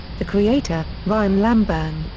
the creator, ryan lambourn,